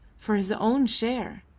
for his own share.